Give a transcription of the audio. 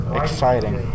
exciting